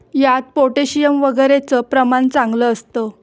यात पोटॅशियम वगैरेचं प्रमाण चांगलं असतं